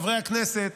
חברי הכנסת,